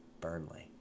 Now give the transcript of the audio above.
Burnley